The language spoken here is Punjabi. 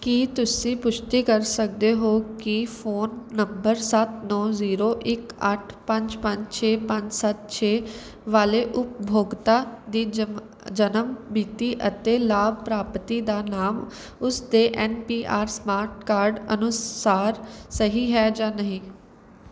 ਕੀ ਤੁਸੀਂ ਪੁਸ਼ਟੀ ਕਰ ਸਕਦੇ ਹੋ ਕਿ ਫੋਨ ਨੰਬਰ ਸੱਤ ਨੌਂ ਜ਼ੀਰੋ ਇੱਕ ਅੱਠ ਪੰਜ ਪੰਜ ਛੇ ਪੰਜ ਸੱਤ ਛੇ ਵਾਲੇ ਉਪਭੋਗਤਾ ਦੀ ਜਮਨ ਜਨਮ ਮਿਤੀ ਅਤੇ ਲਾਭਪ੍ਰਾਪਤੀ ਦਾ ਨਾਮ ਉਸ ਦੇ N P R smart card ਅਨੁਸਾਰ ਸਹੀ ਹੈ ਜਾਂ ਨਹੀਂ